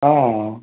অঁ